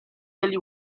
degli